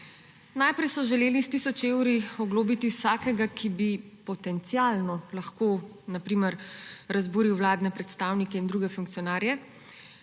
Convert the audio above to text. Najprej so želeli s tisoč evri oglobiti vsakega, ki bi potencialno lahko na primer razburil vladne predstavnike in druge funkcionarje.